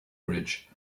bridge